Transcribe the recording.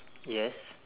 yes